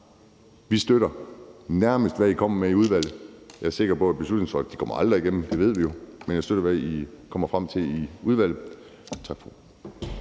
vi støtter nærmest, hvad I kommer med i udvalget. Jeg er sikker på, at beslutningsforslaget aldrig kommer igennem. Det ved vi jo. Men jeg støtter, hvad I kommer frem til i udvalget. Tak for